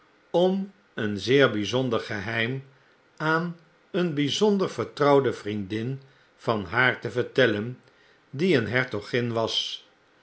om een zeer byzonder geheim aan een byzonder vertrouwde vriendin van haar te vertellen die een hertogin was